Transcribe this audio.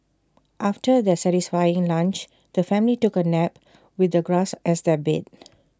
after their satisfying lunch the family took A nap with the grass as their bed